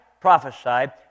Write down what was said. prophesied